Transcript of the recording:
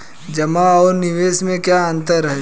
जमा और निवेश में क्या अंतर है?